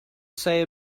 say